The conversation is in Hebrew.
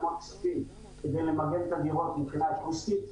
כספים כדי למלא את הדירות מבחינה אקוסטית,